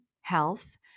health